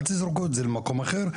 אל תזרקו את זה למקום אחר,